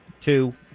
two